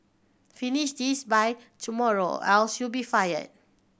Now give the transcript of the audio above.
finish this by tomorrow or else you'll be fired